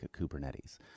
Kubernetes